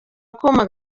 akuma